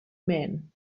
man